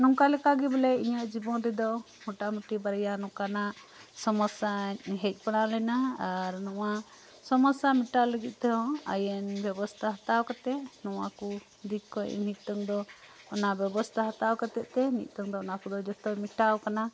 ᱱᱚᱝᱠᱟ ᱞᱮᱠᱟᱜᱮ ᱵᱚᱞᱮ ᱤᱧᱟᱹ ᱡᱤᱵᱚᱱ ᱨᱮᱫᱚ ᱢᱚᱴᱟᱢᱩᱴᱤ ᱵᱟᱨᱭᱟ ᱱᱚᱠᱟᱱᱟᱜ ᱥᱚᱥᱢᱚᱥᱟ ᱦᱮᱡ ᱵᱟᱲᱟ ᱞᱮᱱᱟ ᱟᱨ ᱱᱚᱭᱟ ᱥᱚᱢᱚᱥᱥᱟ ᱢᱮᱴᱟᱣ ᱞᱟᱹᱜᱤᱫ ᱛᱮᱦᱚᱸ ᱟᱭᱤᱱ ᱵᱮᱵᱚᱥᱛᱟ ᱦᱟᱛᱟᱣ ᱠᱟᱛᱮ ᱱᱚᱣᱟ ᱠᱩ ᱫᱤᱠ ᱠᱷᱚᱡ ᱱᱤᱛᱚᱝ ᱫᱚ ᱚᱱᱟ ᱵᱮᱵᱚᱥᱛᱟ ᱦᱟᱛᱟᱣ ᱠᱟᱛᱮ ᱛᱮ ᱱᱤᱛᱚᱝ ᱫᱚ ᱚᱱᱟ ᱠᱚᱫ ᱡᱚᱛᱚ ᱢᱮᱴᱟᱣ ᱟᱠᱟᱱᱟ